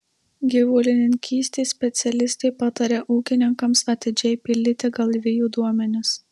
gyvulininkystės specialistė pataria ūkininkams atidžiai pildyti galvijų duomenis